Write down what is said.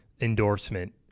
endorsement